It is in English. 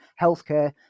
healthcare